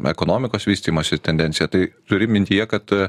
ekonomikos vystymosi tendencija tai turi mintyje kad